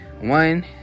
One